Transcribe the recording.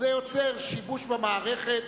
זה יוצר שיבוש במערכת.